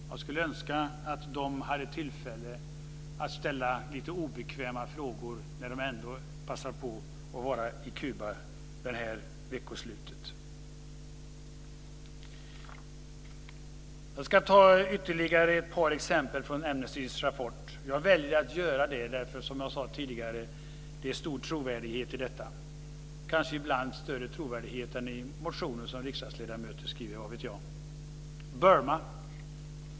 Jag skulle önska att de hade tillfälle att ställa lite obekväma frågor när de ändå passar på att vara på Kuba det här veckoslutet. Jag ska ta ytterligare ett par exempel från Amnestys rapport. Jag väljer att göra det därför, som jag sade, att det är stor trovärdighet i rapporten - kanske ibland större trovärdighet än i motioner som riksdagsledamöter väcker. Vad vet jag. För Burma framgår följande.